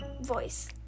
voice